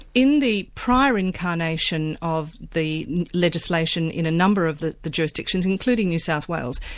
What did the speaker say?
in the prior incarnation of the legislation in a number of the the jurisdictions, including new south wales,